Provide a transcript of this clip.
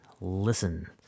listen